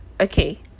Okay